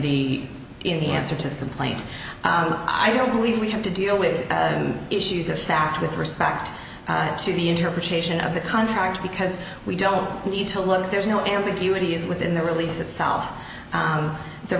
the in the answer to the complaint i don't believe we have to deal with issues of fact with respect to the interpretation of the contract because we don't need to look there's no ambiguity is within the release itself